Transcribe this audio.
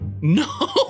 No